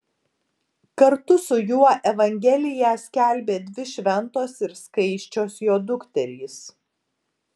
kartu su juo evangeliją skelbė dvi šventos ir skaisčios jo dukterys